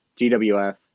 GWF